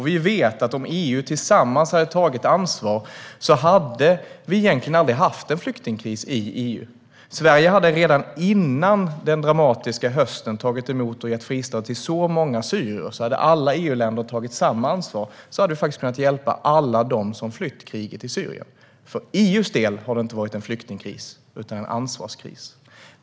Vi vet att om EU tillsammans hade tagit ansvar hade vi egentligen aldrig behövt ha någon flyktingkris i EU. Sverige hade redan före den dramatiska hösten tagit emot och gett fristad till ett så stort antal syrier att om alla EU-länder hade tagit samma ansvar hade vi faktiskt kunnat hjälpa alla dem som flytt kriget i Syrien. För EU:s del har det inte varit en flyktingkris utan en ansvarskris.